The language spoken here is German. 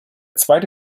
zweite